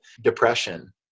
depression